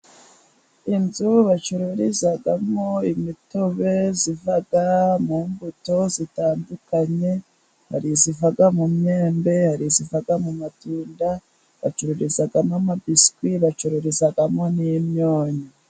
Inzu bacururizamo imitobe iva mu mbuto zitandukanye, hari iziva mu myembe, hari iziva mu matunda, bacururizamo amabiswi, bacururizamo n'imyunyu.